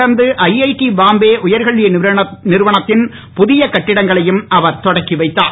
தொடர்ந்து ஐஐடி பாம்பே உயர்கல்வி நிறுவனத்தின் புதிய கட்டிடங்களையும் அவர் தொடக்கி வைத்தார்